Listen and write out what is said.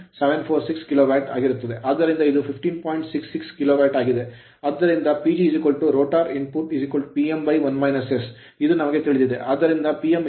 666KW ಆಗಿದೆ ಆದ್ದರಿಂದ PGrotor rotor ಇನ್ಪುಟ್Pm ಇದು ತಿಳಿದಿದೆ